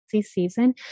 season